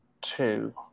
two